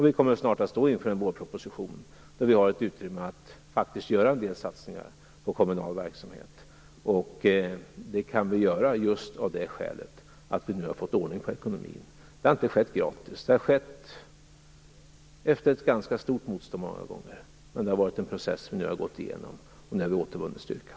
Vi kommer snart att stå inför en vårproposition, där vi har ett utrymme för att göra en del satsningar på kommunal verksamhet. Det kan vi göra just av det skälet att vi nu har fått ordning på ekonomin. Det har inte skett gratis. Det har många gånger skett efter ett ganska stort motstånd, men det har varit en process som vi nu har gått igenom. Nu har vi återvunnit styrkan.